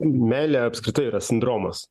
meilė apskritai yra sindromas